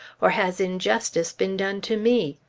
or has injustice been done to me?